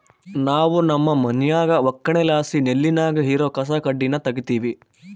ನಾವು ನಮ್ಮ ಮನ್ಯಾಗ ಒಕ್ಕಣೆಲಾಸಿ ನೆಲ್ಲಿನಾಗ ಇರೋ ಕಸಕಡ್ಡಿನ ತಗೀತಿವಿ